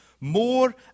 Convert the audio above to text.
more